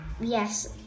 Yes